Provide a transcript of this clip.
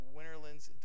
Winterland's